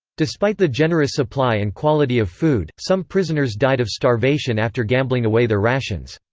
despite the generous supply and quality of food, some prisoners died of starvation after gambling away their rations.